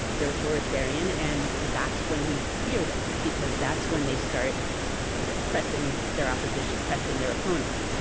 they're authoritarian and that's when we fear them because that's when they start you know oppressing their opposition, oppressing their opponents.